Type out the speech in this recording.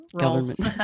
government